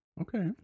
Okay